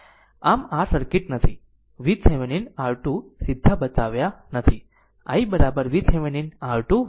આમ r circuit નથી VThevenin R2 સીધા બતાવ્યા નથી i VThevenin R2 10 છે